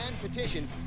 petition